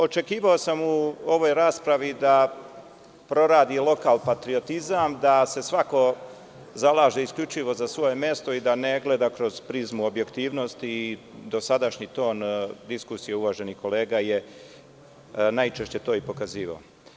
Očekivao sam u ovoj raspravi da proradi lokal patriotizam, da se svako zalaže isključivo za svoje mesto i da ne gleda kroz prizmu objektivnosti i dosadašnji ton diskusije uvaženih kolega je najčešće to i pokazivao.